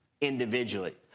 individually